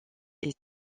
est